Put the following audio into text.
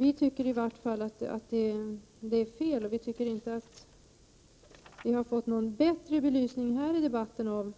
Vi tycker att det är fel, och vi tycker inte att vi fått någon bättre belysning här i debatten av